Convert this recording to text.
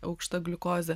aukšta gliukozė